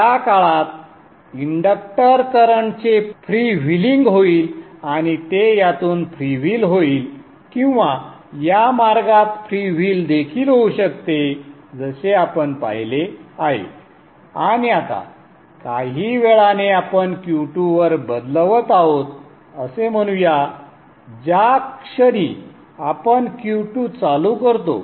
त्या काळात इंडक्टर करंटचे फ्रीव्हीलिंग होईल आणि ते यातून फ्रीव्हील होईल किंवा या मार्गात फ्रीव्हील देखील होऊ शकते जसे आपण पाहिले आहे आणि आता काही वेळाने आपण Q2 वर बदलवत आहोत असे म्हणूया ज्या क्षणी आपण Q2 चालू करतो